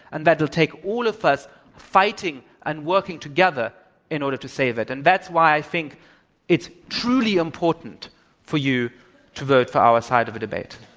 and that it'll take all of us fighting and working together in order to save it. and that's why i think it's truly important for you to vote for our side of the debate.